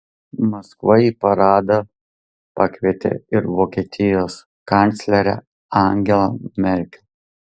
maskva į paradą pakvietė ir vokietijos kanclerę angelą merkel